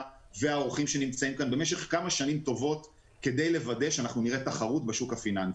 והאורחים שנמצאים כאן במשך כמה שנים טובות כדי לוודא שנראה בשוק הפיננסי.